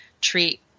treat